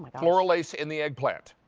floral lace in the eggplant.